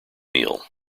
meal